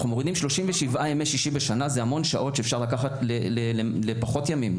אנחנו מורידים 37 ימי שישי בשנה זה המון שעות שאפשר לקחת לפחות ימים,